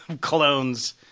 clones